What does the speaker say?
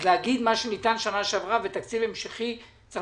אז להגיד: מה שניתן שנה שעברה ותקציב המשכי צריך